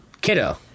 Kiddo